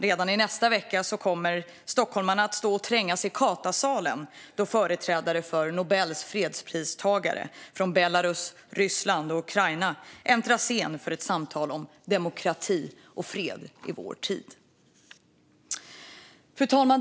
Redan nästa vecka kommer stockholmarna att stå och trängas i Katasalen då företrädare för Nobels fredspristagare från Belarus, Ryssland och Ukraina äntrar scenen för ett samtal om demokrati och fred i vår tid. Fru talman!